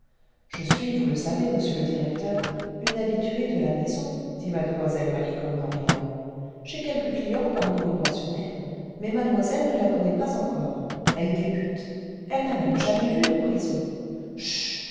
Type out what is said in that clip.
je suis vous le savez monsieur le directeur une habituée de la maison dit mue malicorne eu riant j'ai quelques clients parmi vos pensionnaires mais mademoiselle ne la connaît pas encore elle débute elle n'a même jamais vu de prison